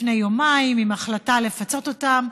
לפני יומיים עם החלטה לפצות אותם,